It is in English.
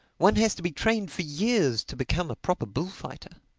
one has to be trained for years to become a proper bullfighter.